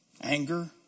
Anger